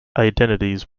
identities